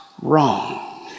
wrong